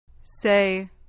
Say